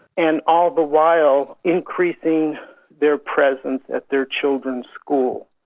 and all the while increasing their presence at their children's school.